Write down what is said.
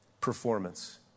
performance